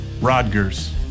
Rodgers